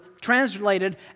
translated